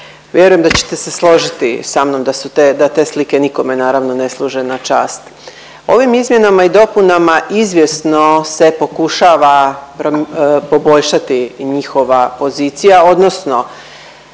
Vjerujem da ćete se složiti sa mnom da te slike nikome naravno ne služe na čast. Ovim izmjenama i dopunama izvjesno se pokušava poboljšati i njihova pozicija odnosno